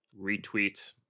retweet